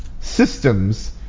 Systems